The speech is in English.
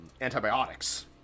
antibiotics